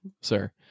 sir